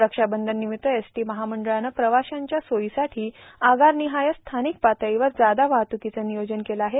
रक्षाबंधन निमित्त एसटी महामंडळाने प्रवाशांच्या सोयीसाठी आगार निहाय स्थानिक पातळीवर जादा वाहत्रकीचे नियोजन केले आहे